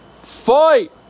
Fight